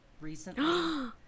recently